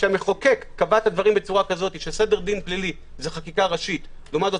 כשהמחוקק קבע את הדברים כך שסדר דין פלילי זו חקיקה ראשית; לעומת זאת